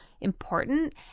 important